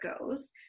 goes